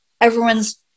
Everyone's